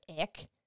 ick